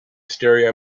stereo